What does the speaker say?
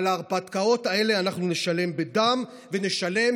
ועל ההרפתקאות האלה אנחנו נשלם בדם ונשלם